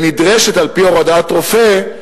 ונדרשת, על-פי הוראת רופא,